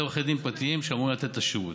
אלה עורכי דין פרטיים שאמורים לתת את השירות,